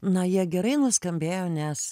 na jie gerai nuskambėjo nes